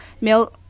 male